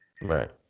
Right